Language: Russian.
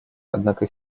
однако